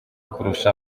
kurusha